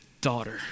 daughter